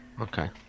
Okay